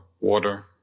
water